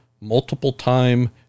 multiple-time